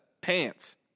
pants